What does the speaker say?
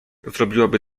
zrobiłaby